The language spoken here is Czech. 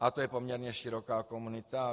Ale to je poměrně široká komunita.